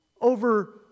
over